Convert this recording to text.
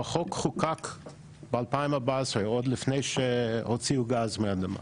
החוק חוקק ב-2014, עוד לפני שהוציאו גז מהאדמה,